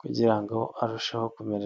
kugira ngo arusheho kumera.